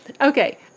okay